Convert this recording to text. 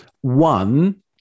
one